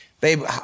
babe